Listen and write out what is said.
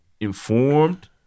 informed